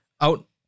out